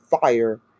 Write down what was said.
fire